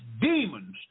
demons